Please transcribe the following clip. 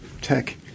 tech